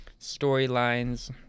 storylines